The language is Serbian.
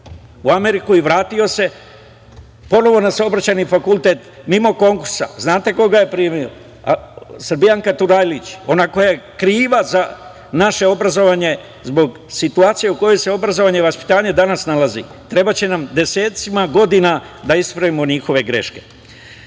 u Ameriku i vratio se ponovo na Saobraćajni fakultet, mimo konkursa. Znate ko ga je primio? Srbijanka Turajlić, ona koja je kriva za naše obrazovanje zbog situacije u kojoj se obrazovanje i vaspitanje danas nalazi. Trebaće nam mesecima i godinama da ispravimo njihove greške. On